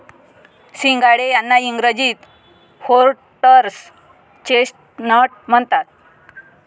सिंघाडे यांना इंग्रजीत व्होटर्स चेस्टनट म्हणतात